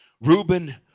Reuben